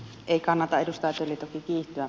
ei kannata edustaja tölli toki kiihtyä